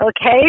okay